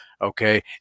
Okay